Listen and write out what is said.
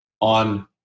on